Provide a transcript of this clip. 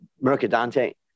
Mercadante